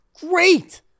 Great